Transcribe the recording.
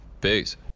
Peace